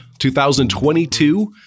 2022